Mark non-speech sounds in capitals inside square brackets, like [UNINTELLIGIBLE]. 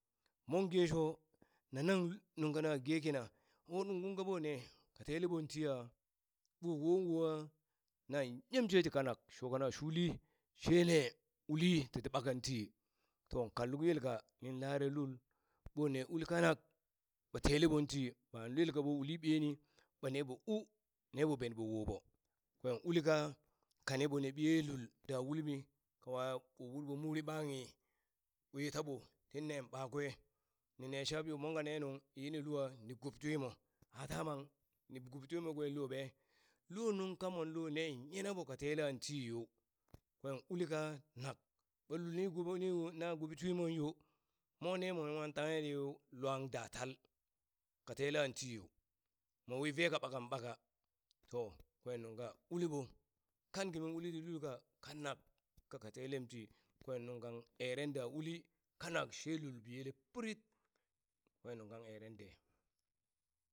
Mon gesho na nang nuŋ ka na ge kina mowi nunghung kaɓo ne ka teleɓon tii ah? ɓo wonwoha? na yem she tikanak sho kana na shuli shene [NOISE] uli ye titati [NOISE] ɓakan ti to kan luk yelka lin lare lul ɓone uli kanak ɓa [NOISE] tele ɓon tii ɓan lul ka ɓo uli ɓiye ni ɓa ne ɓo uu ne ɓo ben ɓo woɓo kwen uli kan kane ɓiye [NOISE] lul da ulimi kawa ɓo uri ɓo muri ɓanghi, wi ye taɓo tinne kan ɓakwe ni ne shab yo mon ka nenung yini lua ni gub twimo ata mang [NOISE] ni gub twimo kwe loɓe lo nuŋka monlo nen nyina ɓo ka telan tii yo kwan uli kanak ɓa luli kumo [UNINTELLIGIBLE] na gubi twimon yo, mo ne mwan wi wa tanghe yiu lwan datal ka tenla ti yo, mowi ve ka ɓakan ɓaka to kwen nungka uli ɓo kan kimi uli ti lulka kanak ka ka telem ti kwen nungkan eren da uli kanak she ye lul biyele pirit kwen nungkan eren de. [NOISE]